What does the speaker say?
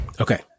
Okay